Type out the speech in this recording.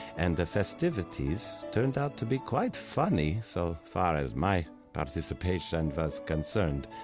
and the festivities turned out to be quite funny, so far as my participation was concerned.